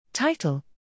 Title